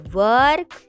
work